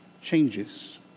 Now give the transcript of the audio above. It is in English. changes